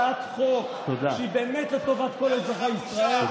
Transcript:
הצעת חוק שהיא באמת לטובת כל אזרחי ישראל,